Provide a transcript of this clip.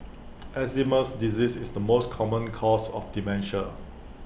Alzheimer's disease is the most common cause of dementia